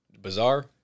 bizarre